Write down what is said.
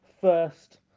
first